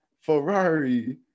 ferrari